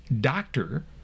doctor